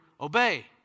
obey